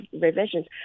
revisions